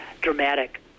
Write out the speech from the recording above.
dramatic